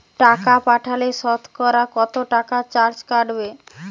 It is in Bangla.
টাকা পাঠালে সতকরা কত টাকা চার্জ কাটবে?